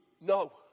no